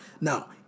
Now